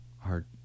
hard